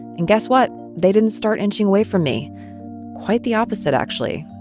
and guess what? they didn't start inching away from me quite the opposite, actually.